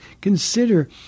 consider